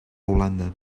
holanda